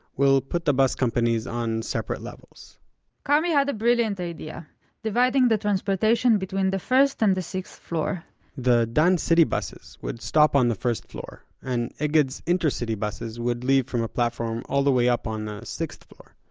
we'll put the bus companies on separate levels karmi had a brilliant idea dividing the transportation between the first and the sixth floor the dan city buses would stop on the first floor, and egged' s intercity buses would leave from a platform all the way up on the sixth floor.